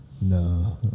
No